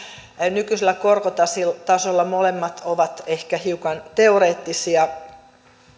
nykyisellä korkotasolla molemmat ovat ehkä hiukan teoreettisia